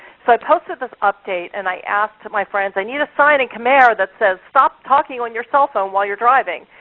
so i posted this update, and i asked my friends, i need a sign in khmer that says stop talking on your cell phone while you're driving.